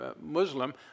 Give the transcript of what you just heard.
Muslim